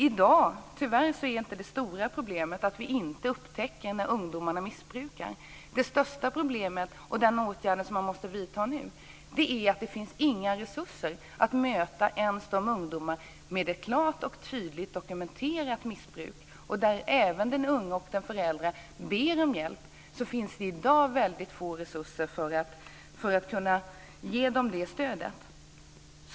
I dag är tyvärr inte det stora problemet att vi inte upptäcker när ungdomarna missbrukar. Det största problemet, som man måste vidta åtgärder mot, är att det inte finns några resurser att möta ens de ungdomar som har ett klart och tydligt dokumenterat missbruk. Även när den unge och föräldrar ber om hjälp finns det i dag väldigt lite resurser för att kunna ge dem det stödet.